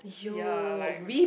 ya like